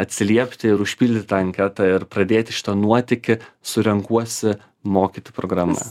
atsiliepti ir užpildyt tą anketą ir pradėti šitą nuotykį su renkuosi mokyti programa